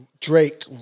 Drake